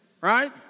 right